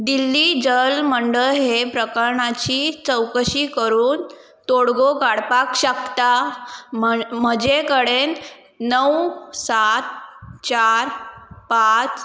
दिल्ली जल मंडळ हे प्रकरणाची चवकशी करून तोडगो काडपाक शकता म्हजे कडेन णव सात चार पांच